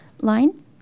line